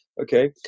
Okay